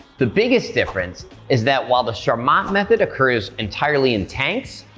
the biggest difference is that while the charmat method occurs entirely in tanks,